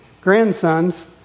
grandsons